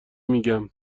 میگم